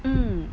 mm